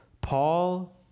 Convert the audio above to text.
Paul